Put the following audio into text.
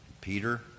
Peter